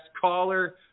caller